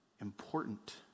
important